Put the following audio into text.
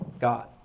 God